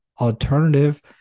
alternative